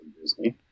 Disney